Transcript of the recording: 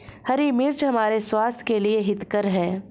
हरी मिर्च हमारे स्वास्थ्य के लिए हितकर हैं